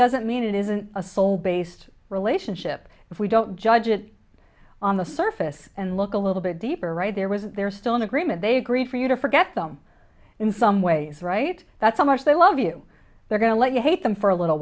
doesn't mean it isn't a full based relationship if we don't judge it on the surface and look a little bit deeper right there with that they're still in agreement they agree for you to forget them in some ways right that's how much they love you they're going to let you hate them for a little